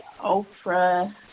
Oprah